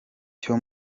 cyo